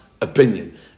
opinion